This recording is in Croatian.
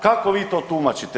Kako vi to tumačite?